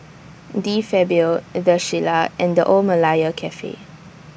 De Fabio The Shilla and The Old Malaya Cafe